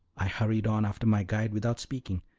i hurried on after my guide without speaking,